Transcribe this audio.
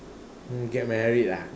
mm get married ah